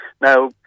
Now